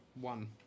one